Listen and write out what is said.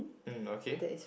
mm okay